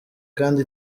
kandi